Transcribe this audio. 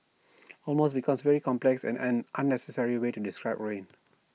almost because very complex and an unnecessary way to describe rain